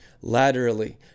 laterally